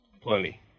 plenty